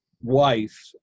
wife